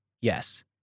yes